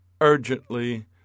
urgently